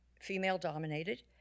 female-dominated